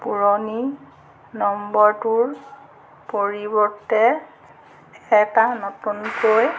পুৰণি নম্বৰটোৰ পৰিৱৰ্তে এটা নতুনকৈ